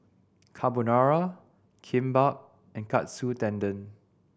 Carbonara Kimbap and Katsu Tendon